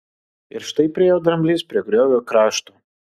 ir štai priėjo dramblys prie griovio krašto